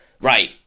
right